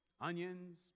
onions